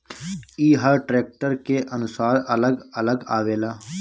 ई हर ट्रैक्टर के अनुसार अलग अलग आवेला